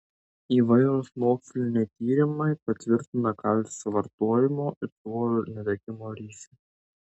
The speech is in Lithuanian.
įvairūs moksliniai tyrimai patvirtina kalcio vartojimo ir svorio netekimo ryšį